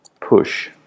push